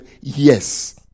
Yes